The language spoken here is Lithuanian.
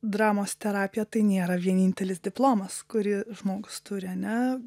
dramos terapija tai nėra vienintelis diplomas kurį žmogus turi ane